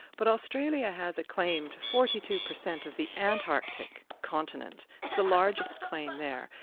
but australia has a claim to forty two percent of the antarctic continent. it's the largest claim there.